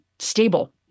Stable